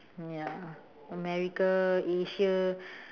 ya america asia